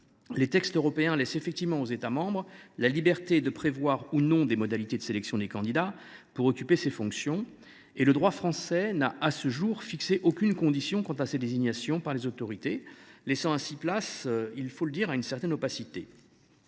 Les textes européens laissent en effet aux États membres la liberté de prévoir ou non des modalités de sélection des candidats envisagés pour occuper ces fonctions. À ce jour, le droit français n’a fixé aucune condition à ces désignations par les autorités, laissant place, il faut le dire, à une certaine opacité.